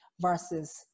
versus